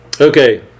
okay